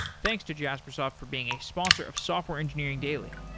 thanks to jaspersoft for being a sponsor of software engineering daily